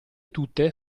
tutte